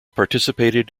participated